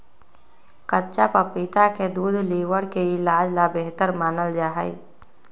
कच्चा पपीता के दूध लीवर के इलाज ला बेहतर मानल जाहई